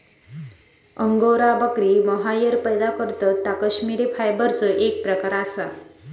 angora बकरी mohair पैदा करतत ता कश्मिरी फायबरचो एक प्रकार असा